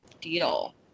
deal